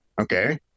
Okay